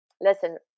listen